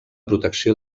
protecció